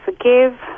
forgive